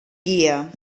guia